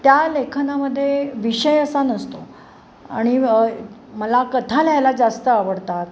त्या लेखनामध्ये विषय असा नसतो आणि मला कथा लिहायला जास्त आवडतात